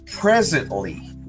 Presently